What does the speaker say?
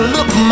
Look